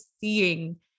seeing